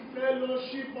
fellowship